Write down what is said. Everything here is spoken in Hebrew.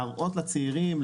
להראות לצעירים,